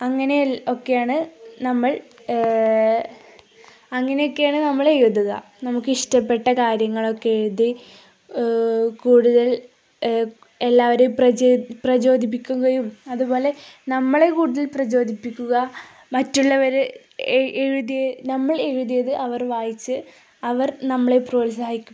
അങ്ങനെയൊക്കെയാണു നമ്മൾ അങ്ങനെയക്കെയാണു നമ്മള് എഴുതുക നമുക്കിഷ്ടപ്പെട്ട കാര്യങ്ങളൊക്കെ എഴുതി കൂടുതൽ എല്ലാവരെയും പ്രചോദിപ്പിക്കുകയും അതുപോലെ നമ്മളെ കൂടുതൽ പ്രചോദിപ്പിക്കുക മറ്റുള്ളവര് എഴുതിയ നമ്മൾ എഴുതിയത് അവർ വായിച്ച് അവർ നമ്മളെ